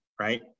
Right